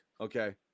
okay